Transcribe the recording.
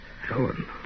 Helen